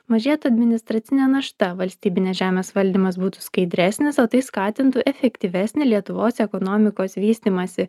mažėtų administracinė našta valstybinės žemės valdymas būtų skaidresnis o tai skatintų efektyvesnį lietuvos ekonomikos vystymąsį